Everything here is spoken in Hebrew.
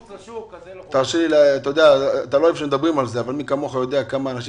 אתה לא אוהב לדבר על זה אבל מי כמוך יודע כמה אנשים